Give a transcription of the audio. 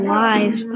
lives